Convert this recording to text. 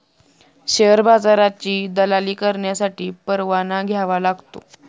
share बाजाराची दलाली करण्यासाठी परवाना घ्यावा लागतो